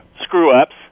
screw-ups